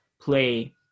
play